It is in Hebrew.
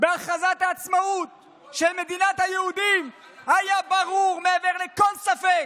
בהכרזת העצמאות של מדינת היהודים היה ברור מעבר לכל ספק